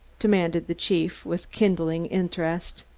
demanded the chief, with kindling interest.